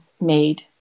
made